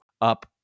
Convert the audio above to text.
up